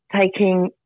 taking